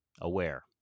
AWARE